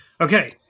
Okay